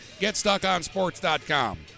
GetStuckOnSports.com